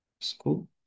school